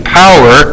power